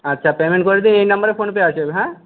আচ্ছা পেমেন্ট করে দিন এই নাম্বারে ফোন পে আছে হ্যাঁ